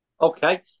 Okay